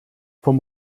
vom